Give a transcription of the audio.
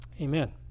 amen